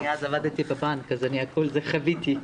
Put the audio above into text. אני אז עבדתי בבנק אז את הכול חוויתי.